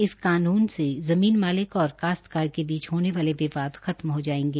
इस कानून से जमीन मालिक और कास्तकार के बीच होने वाले विवाद खत्म हो जाएंगे